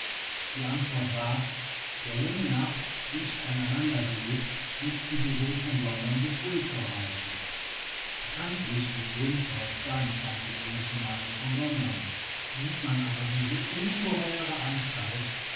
die antwort war der länge nach dicht aneinandergelegt möchten sie wohl von london bis windsor reichen bekanntlich liegt windsor zweiundzwanzig englische meilen von london sieht man aber diese ungeheure anstalt